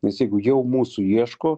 nes jeigu jau mūsų ieško